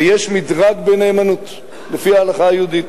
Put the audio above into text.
ויש מדרג בנאמנות לפי ההלכה היהודית.